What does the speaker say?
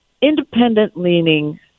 independent-leaning